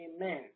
Amen